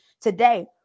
today